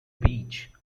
beach